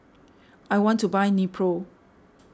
I want to buy Nepro